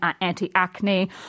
anti-acne